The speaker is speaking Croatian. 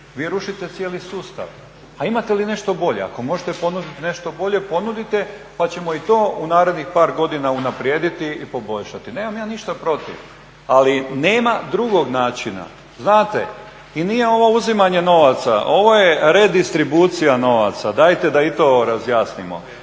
vi rušite cijeli sustav. A imate li nešto bolje? Ako možete ponuditi nešto bolje ponudite pa ćemo i to u narednih par godina unaprijediti i poboljšati, nemam ja ništa protiv. Ali nema drugog načina, znate i nije ovo uzimanje novaca. Ovo je redistribucija novaca dajte da i to razjasnimo.